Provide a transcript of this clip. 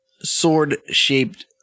sword-shaped